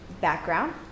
background